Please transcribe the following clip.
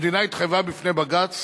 המדינה התחייבה בפני בג"ץ